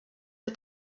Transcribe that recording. der